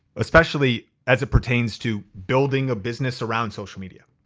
especially, as it pertains to building a business around social media.